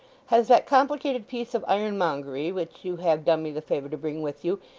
has that complicated piece of ironmongery which you have done me the favour to bring with you,